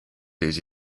des